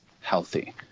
healthy